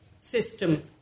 system